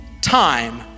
time